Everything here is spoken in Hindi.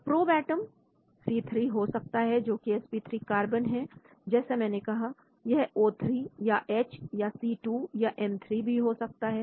तो प्रोब एटम C3 हो सकता है जोकि sp3 कार्बन है जैसा मैंने कहा यह O3 या H या C2 या N3 भी हो सकता है